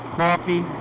coffee